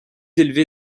élevé